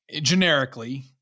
generically